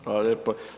Hvala lijepo.